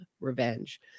revenge